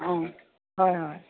অঁ হয় হয়